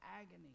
agony